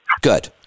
Good